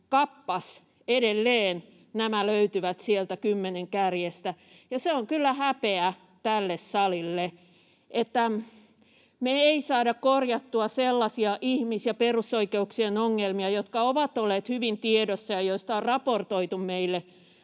edelleen sieltä kymmenen kärjestä, ja se on kyllä häpeä tälle salille, että me ei saada korjattua sellaisia ihmis- ja perusoikeuksien ongelmia, jotka ovat olleet hyvin tiedossa ja joista on raportoitu meille